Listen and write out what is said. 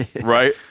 Right